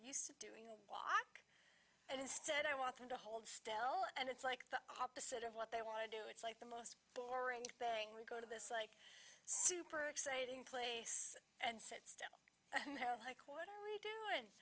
used to doing the walk and instead i want them to hold still and it's like the opposite of what they want to do it's like the most boring thing we go to this like super exciting place and sit